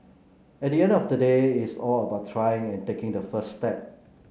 at the end of the day it's all about trying and taking the first step